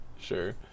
sure